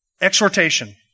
exhortation